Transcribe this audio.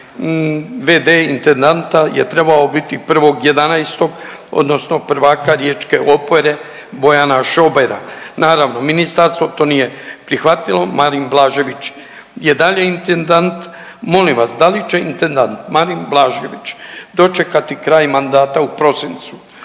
vd intendanta je trebao biti 1.11. odnosno prvaka riječke opere Bojana Šobera. Nastavno ministarstvo to nije prihvatilo, Marin Blažević je dalje intendant. Molim vas da li će intendant Marin Blažević dočekati kraj mandata u prosincu